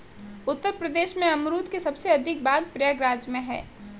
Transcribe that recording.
उत्तर प्रदेश में अमरुद के सबसे अधिक बाग प्रयागराज में है